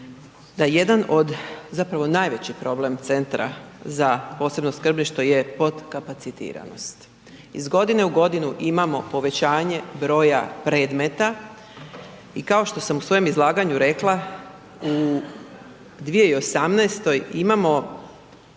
zapravo najveći problem Centra za posebno skrbništvo je potkapacitiranost. Iz godine u godinu imamo povećanje broja predmeta i kao što sam u svojem izlaganju rekla u 2018. imamo